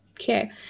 okay